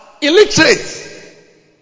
illiterate